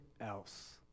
else